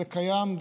זה קיים,